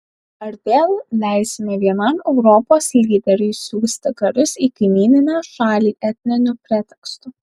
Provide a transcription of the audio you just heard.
ar vėl leisime vienam europos lyderiui siųsti karius į kaimyninę šalį etniniu pretekstu